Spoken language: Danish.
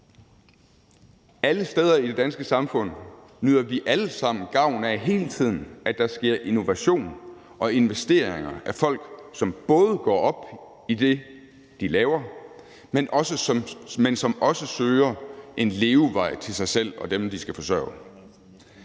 Alle steder i det danske samfund nyder vi alle sammen hele tiden godt af, at der sker innovation og investeringer fra folk, som både går op i det, de laver, men som også søger en levevej til sig selv og dem, de skal forsørge.